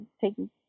taking